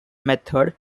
method